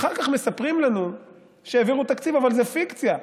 אחר כך מספרים לנו שהעבירו תקציב, אבל זו פיקציה.